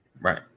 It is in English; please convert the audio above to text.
right